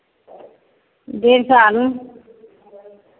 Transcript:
डेढ़ सए आगू